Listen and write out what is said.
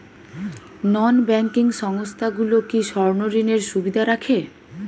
নন banking সংস্থাগুলো কি স্বর্ণঋণের সুবিধা রাখে?